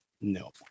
no